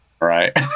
right